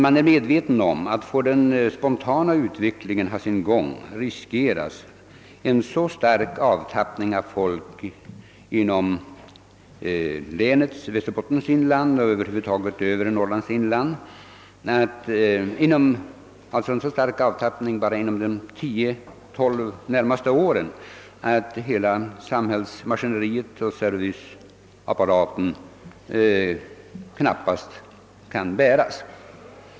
Man är medveten om att man, om den spontana utvecklingen får ha sin gång, riskerar en så stark avtappning av folk bara inom de 10—12 närmaste åren i Västerbottens inland och över huvud taget i övre Norrlands inland, att samhällsmaskineriet och serviceapparaten knappast kan upprätthållas.